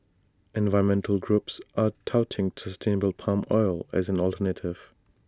environmental groups are touting sustainable palm oil as an alternative